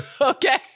Okay